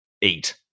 eat